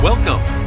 Welcome